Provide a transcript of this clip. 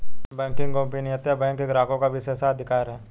banking गोपनीयता bank के ग्राहकों का विशेषाधिकार है